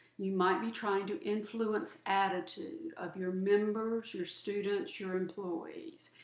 you might be trying to influence attitude of your members, your students, your employees.